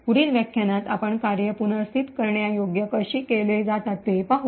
पुढील व्याख्यानात आपण कार्ये पुनर्स्थित करण्यायोग्य कशी केल्या जातात ते पाहू